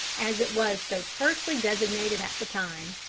as it was so tersely designated at the time.